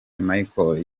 michel